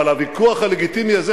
אבל הוויכוח הלגיטימי הזה,